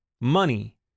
money